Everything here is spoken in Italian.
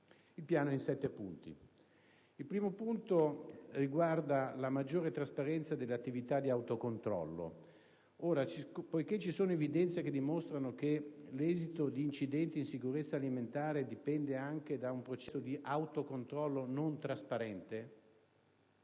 Il primo punto riguarda la maggiore trasparenza delle attività di autocontrollo. Poiché ci sono evidenze che dimostrano che l'esito di incidenti in sicurezza alimentare dipende anche da un processo di autocontrollo non trasparente,